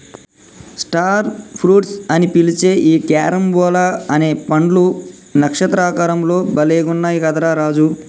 star fruits అని పిలిచే ఈ క్యారంబోలా అనే పండ్లు నక్షత్ర ఆకారం లో భలే గున్నయ్ కదా రా రాజు